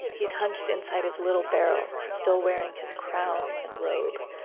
he's hunched inside his little barrel, still wearing his crown and robe.